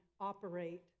operate